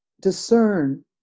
discern